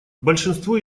большинство